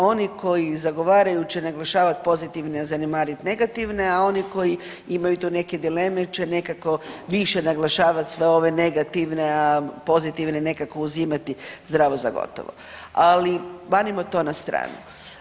Oni koji zagovaraju će naglašavat pozitivne, a zanemarit negativne, a oni koji imaju tu neke dileme će nekako više naglašavat sve ove negativne, a pozitivne nekako uzimati zdravo za gotovo, ali manimo to na stranu.